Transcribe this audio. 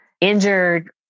injured